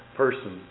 person